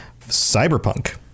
Cyberpunk